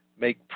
make